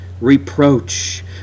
reproach